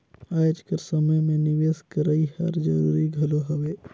आएज कर समे में निवेस करई हर जरूरी घलो हवे